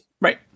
right